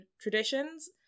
traditions